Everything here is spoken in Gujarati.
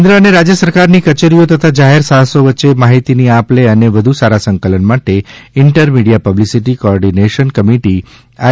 કેન્દ્ર અને રાજ્ય સરકારની કચેરીઓ તથા જાહેર સાહસો વચ્ચે માહિતીની આપ લે અને વધ્ સારા સંકલન માટે ઈન્ટરમીડીયા પબ્લિસીટી કોઓર્ડિનેશન કમીટી આઈ